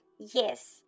Yes